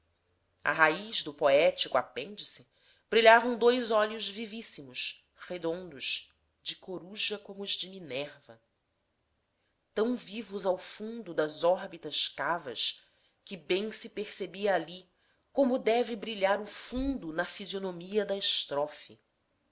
à raiz do poético apêndice brilhavam dois olhos vivíssimos redondos de coruja como os de minerva tão vivos ao fundo das órbitas cavas que bem se percebia ali como deve brilhar o fundo na fisionomia da estrofe